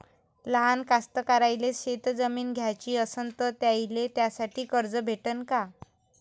लहान कास्तकाराइले शेतजमीन घ्याची असन तर त्याईले त्यासाठी कर्ज भेटते का?